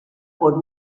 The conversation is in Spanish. por